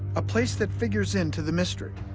a place that figures into the mystery.